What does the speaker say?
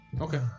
Okay